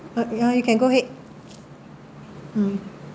ya you can go ahead mm